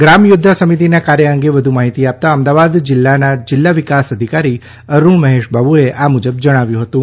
ગ્રામ ચોદ્વા સમિતિના કાર્ય અંગે વધુ માહિતી આપતા અમદાવાદ જીલ્લાના જીલ્લા વિકાસ અધિકારી અરુણ મહેશ બાબુએ આ મુજબ જણાવ્યું હતું